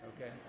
Okay